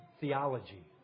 theology